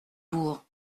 bourg